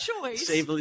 choice